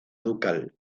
ducal